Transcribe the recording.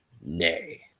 nay